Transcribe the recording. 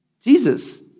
Jesus